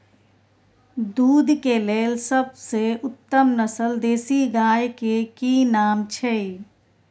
दूध के लेल सबसे उत्तम नस्ल देसी गाय के की नाम छै?